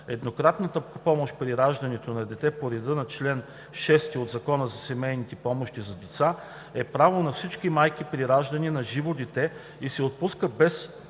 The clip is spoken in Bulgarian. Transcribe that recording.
Еднократната помощ при раждането на дете по реда на чл. 6 от Закона за семейни помощи за деца е право на всички майки при раждане на живо дете и се отпуска без